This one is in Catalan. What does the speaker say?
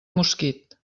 mosquit